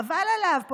חבל עליו.